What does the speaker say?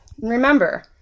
Remember